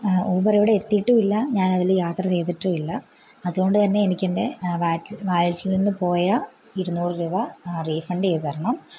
Uber ഇവിടെ എത്തിയിട്ടുല്ല ഞാൻ അതിൽ യാത്ര ചെയ്തിട്ടൂല്ല അതുകൊണ്ട് തന്നെ എനിക്ക് എൻ്റെ വാൽറ്റ് വാലെറ്റിൽ നിന്ന് പോയ ഇരുന്നൂറ് രൂപ റീഫണ്ട് ചെയ്ത് തരണം